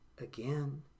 Again